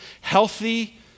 Healthy